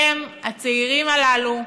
הם, הצעירים הללו,